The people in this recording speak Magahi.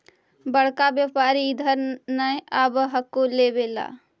बड़का व्यापारि इधर नय आब हको लेबे ला?